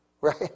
right